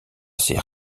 ses